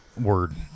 Word